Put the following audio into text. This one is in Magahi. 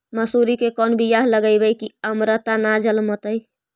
मसुरी के कोन बियाह लगइबै की अमरता न जलमतइ?